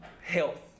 health